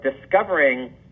discovering